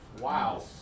Wow